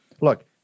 Look